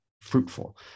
fruitful